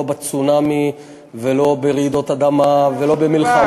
לא בצונאמי ולא ברעידות אדמה ולא במלחמה,